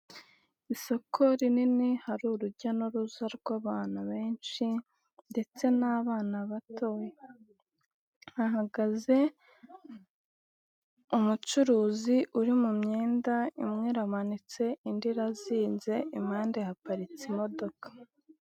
Isoko rinini hari urujya n'uruza rw'abantu benshi ndetse n'abana batoya. Hahagaze umucuruzi uri mu myenda imwe iramanitse indi irazinze, impande haparitse imodoka.